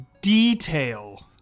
detail